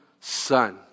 Son